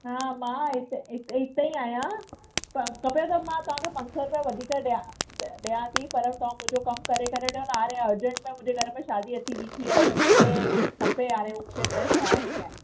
हा मां इते इते इते ई आहियां प खपेव त मां तव्हांखे पंज सौ रुपिया वधीक ॾियां ॾियां थी पर तव्हां मुंहिंजो कमु करे करे न मां हाणे न अर्जेंट में मुंहिंजे घर में शादी अची बीठी आहे त मूंखे खपे हाणे उहा ड्रेस पाइणी आहे